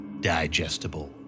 Digestible